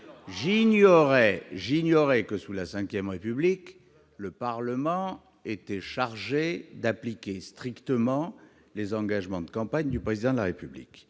revanche que, sous la V République, le Parlement était chargé d'appliquer strictement les engagements de campagne du Président de la République.